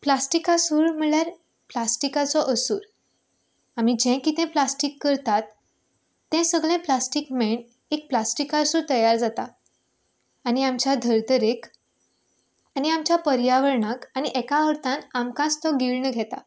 प्लास्टिकासूर म्हणल्यार प्लास्टिकाचो असूर आमी जें कितें प्लास्टीक करतात तें सगळें प्लास्टीक मेळून एक प्लास्टीकासूर तयार जाता आनी आमच्या धर्तरेक आनी आमच्या पर्यावरणाक आनी एका अर्थान आमकाच तो गिळून घेता